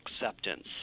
acceptance